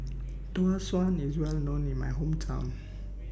Tau Suan IS Well known in My Hometown